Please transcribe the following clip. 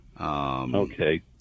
Okay